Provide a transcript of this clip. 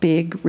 big